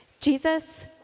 Jesus